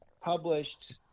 published